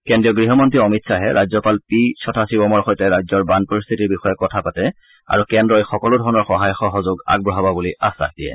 কেন্দ্ৰীয় গৃহমন্ত্ৰী অমিত শ্বাহে ৰাজ্যপাল পি ছথাশিৱমৰ সৈতে ৰাজ্যৰ বান পৰিস্থিতিৰ বিষয়ে কথা পাতে আৰু কেন্দ্ৰই সকলোধৰণৰ সহায় সহযোগ আগবঢ়াব বুলি আশ্বাস দিছে